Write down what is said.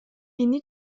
мени